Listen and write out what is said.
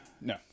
No